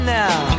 now